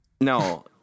No